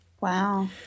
Wow